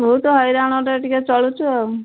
ବହୁତ ହଇରାଣରେ ଟିକିଏ ଚଳୁଛୁ ଆଉ